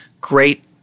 great